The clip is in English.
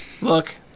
Look